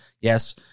yes